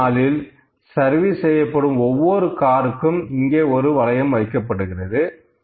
ஒரு நாளில் சர்வீஸ் செய்யப்படும் ஒவ்வொரு காருக்கும் இங்கே ஒரு வளையம் வைக்கப்படுகிறது